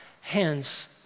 hands